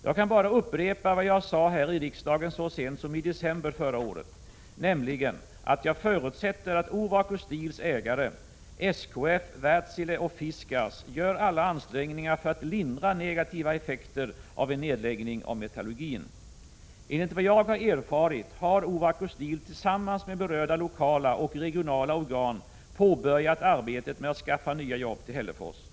Jag kan bara upprepa vad jag sade här i riksdagen så sent som i december förra året, nämligen att jag förutsätter att Ovako Steels ägare, SKF, Wärtsilä och Fiskars, gör alla ansträngningar för att lindra negativa effekter av en nedläggning av metallurgin. 108 Enligt vad jag erfarit har Ovako Steel tillsammans med berörda lokala och regionala organ påbörjat arbetet med att skaffa nya jobb till Hällefors. I det Prot.